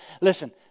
listen